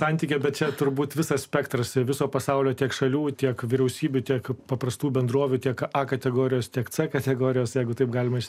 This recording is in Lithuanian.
santykio bet čia turbūt visas spektras ir viso pasaulio tiek šalių tiek vyriausybių tiek paprastų bendrovių tiek a kategorijos tiek c kategorijos jeigu taip galima